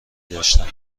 داشتند